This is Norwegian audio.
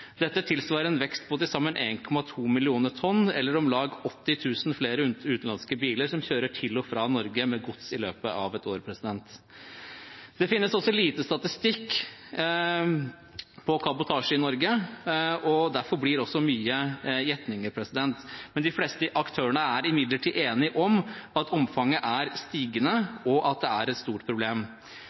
Dette tilsvarer en vekst på til sammen 1,2 millioner tonn eller om lag 80 000 flere utenlandske biler som kjører til og fra Norge med gods i løpet av et år. Det finnes lite statistikk på kabotasje i Norge, og derfor blir også mye gjetninger, men de fleste aktørene er imidlertid enige om at omfanget er stigende, og at det er et stort problem.